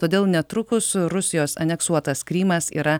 todėl netrukus rusijos aneksuotas krymas yra